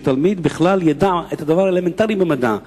שתלמיד בכלל ידע את הדבר האלמנטרי במדע,